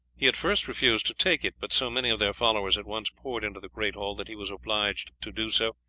he at first refused to take it but so many of their followers at once poured into the great hall that he was obliged to do so,